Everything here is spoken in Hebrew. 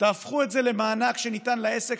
תהפכו את זה למענק שניתן לעסק,